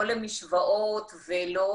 לא למשוואות ולא